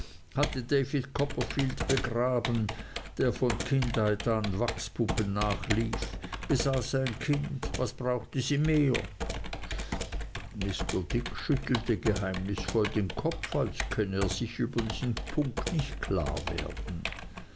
hatte david copperfield begraben der von kindheit an wachspuppen nachlief besaß ein kind was brauchte sie mehr mr dick schüttelte geheimnisvoll den kopf als könne er sich über diesen punkt nicht klar werden